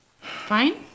Fine